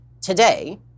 today